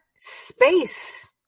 space